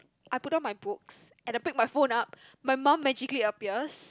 I put down my books and I pick my phone up my mum magically appears